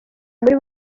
muri